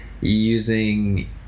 using